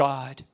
God